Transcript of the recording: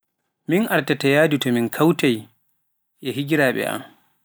Min artata yahdu so min kautai e higiraɓe am.